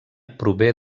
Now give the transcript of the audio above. prové